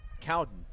Cowden